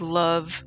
love